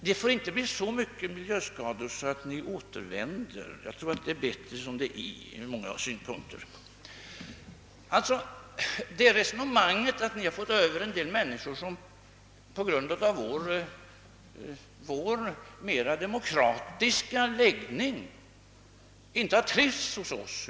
Det får inte bli så mycket miljöskador att ni återvänder; jag tror att det ur många synpunkter är bättre som det är. Ni har fått över en del människor som på grund av vår mer demokratiska läggning inte har trivts hos oss.